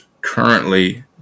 currently